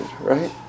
right